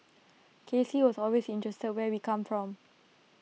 K C was always interested in where we come from